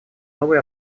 новые